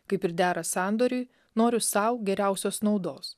kaip ir dera sandoriui noriu sau geriausios naudos